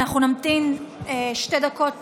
אנחנו נמתין שתי דקות